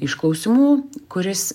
iš klausimų kuris